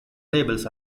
labels